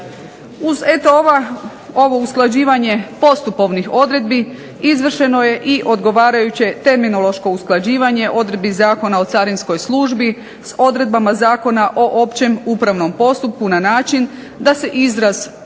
eto ovo usklađivanje postupovnih odredbi izvršeno je i odgovarajuće terminološko usklađivanje odredbi Zakona o carinskoj službi s odredbama Zakona o općem upravnom postupku na način da se izraz o